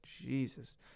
Jesus